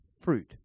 fruit